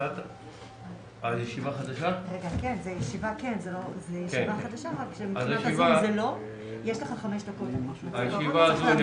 בשעה 09:40.